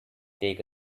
take